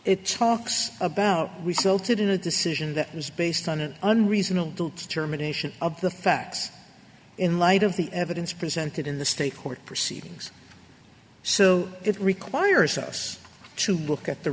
it talks about resulted in a decision that was based on an unreasonable germination of the facts in light of the evidence presented in the state court proceedings so it requires us to book at the